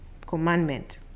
commandment